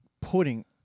putting